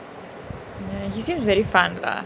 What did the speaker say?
ah he seems very fun lah